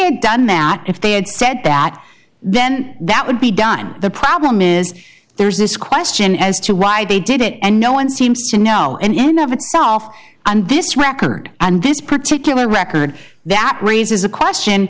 had done that if they had said that then that would be done the problem is there's this question as to why they did it and no one seems to know and you never solve this record and this particular record that raises a question